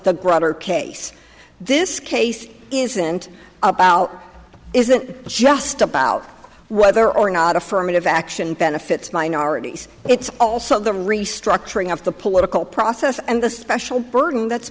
the broader case this case isn't about isn't just about whether or not affirmative action benefits minorities it's also the restructuring of the political process and the special burden that's